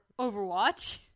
Overwatch